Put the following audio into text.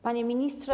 Panie Ministrze!